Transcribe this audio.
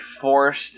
forced